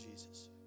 Jesus